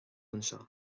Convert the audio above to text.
anseo